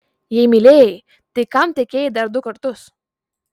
jei mylėjai tai kam tekėjai dar du kartus